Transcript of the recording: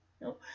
No